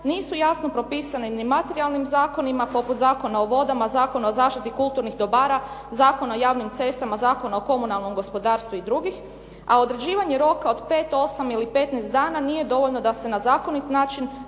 nisu jasno propisane ni materijalnim zakonima poput Zakona o vodama, Zakona o zaštiti kulturnih dobara, Zakon o javnim cestama, Zakona o komunalnom gospodarstvu i drugih, a određivanje roka od 5, 8 ili 15 dana nije dovoljno da se na zakonit način